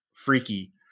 freaky